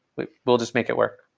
we'll we'll just make it work,